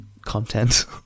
content